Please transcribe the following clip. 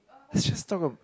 I just talk a